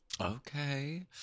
Okay